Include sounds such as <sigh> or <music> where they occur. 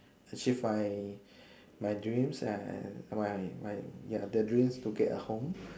achieve my <breath> my dreams and my my ya the dreams to get a home <breath>